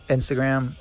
Instagram